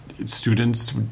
students